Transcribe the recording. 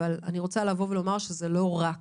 אבל אני רוצה לומר שזה לא רק